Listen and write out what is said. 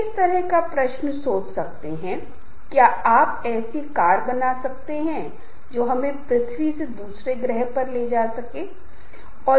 तो ये समूह प्रक्रिया से संबंधित हैं जहां संचार प्रक्रिया कह सकती है संघर्ष प्रबंधन प्रक्रिया है और नेतृत्व का मतलब है कि नेता कौन होगा समूह प्रक्रिया से संबंधित ये सभी एक दूसरे के साथ कैसा व्यवहार करेंगे